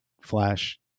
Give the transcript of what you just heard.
flash